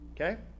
Okay